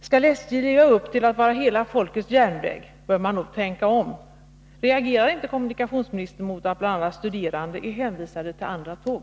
Skall SJ leva upp till ambitionen att vara hela folkets järnväg, bör man nog tänka om. Reagerar inte kommunikationsministern mot att bl.a. studerande är hänvisade till andra tåg?